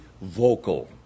vocal